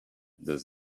does